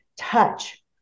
touch